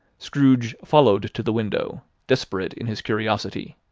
scrooge followed to the window desperate in his curiosity.